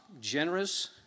generous